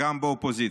גם באופוזיציה.